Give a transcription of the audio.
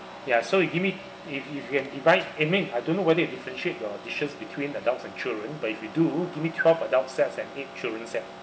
ya so you give me if you can divide I mean I don't know whether you differentiate your dishes between adults and children but if you do give me twelve adult sets and eight children set